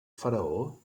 faraó